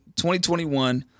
2021